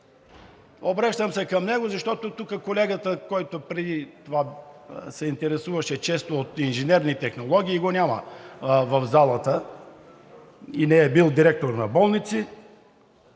Обръщам се към него, защото тук колегата, който преди това се интересуваше често от инженерни технологии, го няма в залата и не е бил директор на болници.